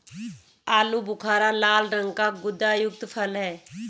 आलू बुखारा लाल रंग का गुदायुक्त फल है